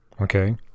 okay